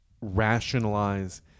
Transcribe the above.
rationalize